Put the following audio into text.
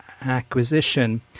acquisition